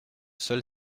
seule